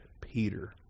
Peter